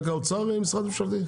רק האוצר הוא משרד ממשלתי?